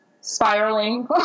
spiraling